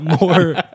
more